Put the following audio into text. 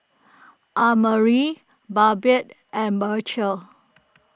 Annmarie Babette and Beecher